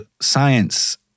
science